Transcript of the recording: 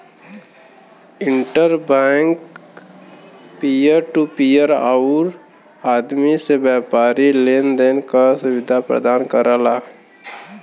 inter bank peer to peer आउर आदमी से व्यापारी लेन देन क सुविधा प्रदान करला